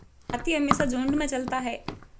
हाथी हमेशा झुंड में चलता है